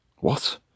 What